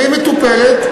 והיא מטופלת,